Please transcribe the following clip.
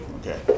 okay